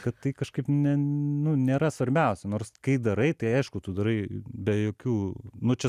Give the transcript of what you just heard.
kad tai kažkaip ne nu nėra svarbiausia nors kai darai tai aišku tu darai be jokių nu čia